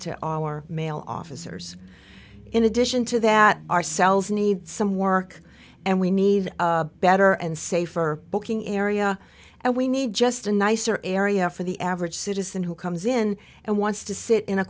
all our male officers in addition to that our cells need some work and we need a better and safer booking area and we need just a nicer area for the average citizen who comes in and wants to sit in a